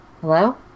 Hello